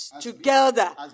together